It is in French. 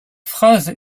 phrase